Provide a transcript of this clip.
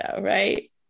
right